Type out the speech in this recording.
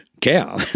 cow